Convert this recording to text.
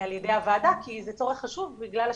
על ידי הוועדה כי זה צורך חשוב בגלל השנים,